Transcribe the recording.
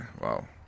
Wow